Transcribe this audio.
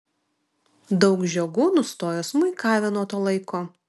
daug žiogų nustojo smuikavę nuo to laiko